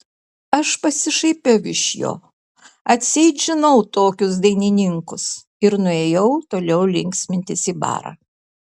aš pasišaipiau iš jo atseit žinau tokius dainininkus ir nuėjau toliau linksmintis į barą